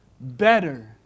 better